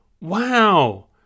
Wow